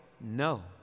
No